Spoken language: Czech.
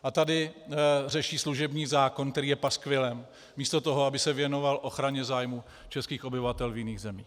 A tady řeší služební zákon, který je paskvilem, místo toho, aby se věnoval ochraně zájmů českých obyvatel v jiných zemích!